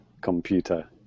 Computer